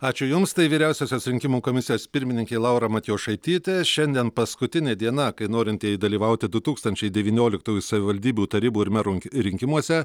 ačiū jums tai vyriausiosios rinkimų komisijos pirmininkė laura matjošaitytė šiandien paskutinė diena kai norintieji dalyvauti du tūkstančiai devynioliktųjų savivaldybių tarybų ir merų rinkimuose